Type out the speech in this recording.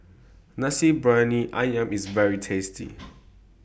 Nasi Briyani Ayam IS very tasty